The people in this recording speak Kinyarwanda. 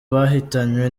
bahitanywe